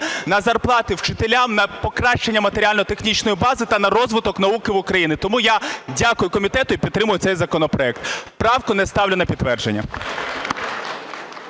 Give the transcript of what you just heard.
на зарплати вчителям, на покращення матеріально-технічної бази та на розвиток науки в Україні. Тому я дякую комітету і підтримую цей законопроект. Правку не ставлю на підтвердження.